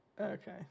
Okay